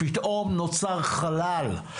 הוועדה לביקורת המדינה